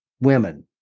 women